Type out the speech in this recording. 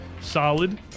solid